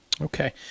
Okay